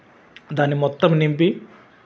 దాన్ని మొత్తం నింపి